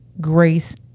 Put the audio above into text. grace